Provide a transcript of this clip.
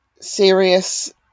Serious